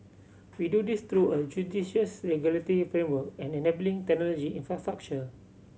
we do this through a judicious regulatory framework and enabling technology infrastructure